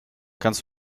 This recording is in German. kannst